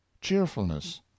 cheerfulness